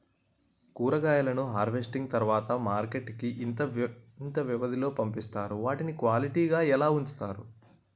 కూరగాయలను హార్వెస్టింగ్ తర్వాత మార్కెట్ కి ఇంత వ్యవది లొ పంపిస్తారు? వాటిని క్వాలిటీ గా ఎలా వుంచుతారు?